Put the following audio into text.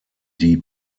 die